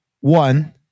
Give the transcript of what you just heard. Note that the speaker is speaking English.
one